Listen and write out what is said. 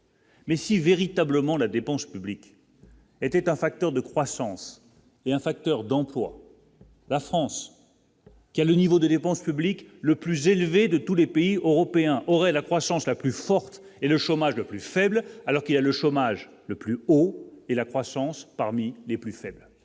Mais si véritablement la dépense publique était un facteur de croissance est un facteur d'emplois. La France qui a le niveau des dépenses publiques le plus élevé de tous les pays européens auraient la croissance la plus forte et le chômage le plus faible, alors qu'il y a le chômage, le plus haut et la croissance parmi les plus faibles,